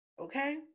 Okay